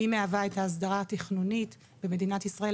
והיא מהווה את ההסדרה התכנונית במדינת ישראל,